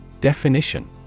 Definition